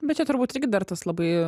bet čia turbūt irgi dar tas labai